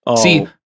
see